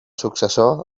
successor